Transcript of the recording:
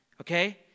Okay